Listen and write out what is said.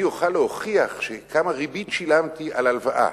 אני אוכל להוכיח כמה ריבית שילמתי על הלוואה,